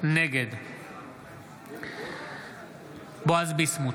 נגד בועז ביסמוט,